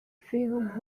film